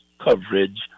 coverage